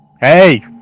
Hey